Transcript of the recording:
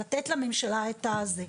לתת לממשלה את זה.